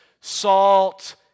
Salt